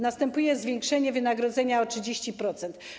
Następuje zwiększenie wynagrodzenia o 30%.